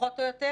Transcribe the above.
פחות או יותר?